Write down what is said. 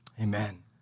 Amen